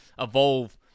evolve